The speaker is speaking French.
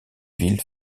ville